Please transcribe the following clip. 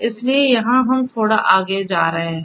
इसलिए यहां हम थोड़ा आगे जा रहे हैं